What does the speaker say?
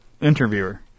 Interviewer